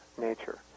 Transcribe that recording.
nature